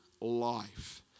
life